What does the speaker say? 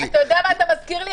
אתה יודע מה אתה מזכיר לי?